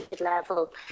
level